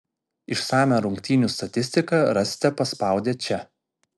išsamią rungtynių statistiką rasite paspaudę čia